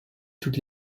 toutes